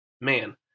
man